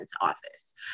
office